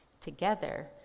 Together